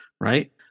right